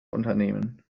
unternehmen